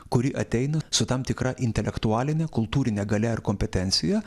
kuri ateina su tam tikra intelektualine kultūrine galia ar kompetencija